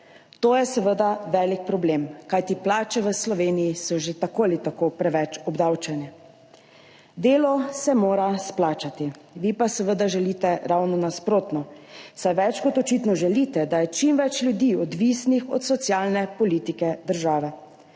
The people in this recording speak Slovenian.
To je seveda velik problem, kajti plače v Sloveniji so že tako ali tako preveč obdavčene. Delo se mora izplačati, vi pa seveda želite ravno nasprotno, saj več kot očitno želite, da je čim več ljudi odvisnih od socialne politike države.